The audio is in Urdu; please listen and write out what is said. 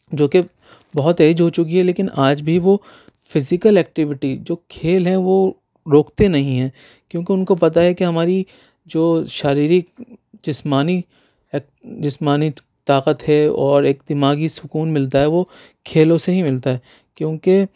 جو کہ بہت ایج ہو چکی ہے لیکن آج بھی وہ فزیکل ایکٹیویٹی جو کھیل ہے وہ روکتے نہیں ہیں کیوں کہ ان کو پتہ ہے کہ ہماری جو شاریرک جسمانی ایک جسمانی طاقت ہے اور ایک دماغی سکون ملتا ہے وہ کھیلوں سے ہی ملتا ہے کیونکہ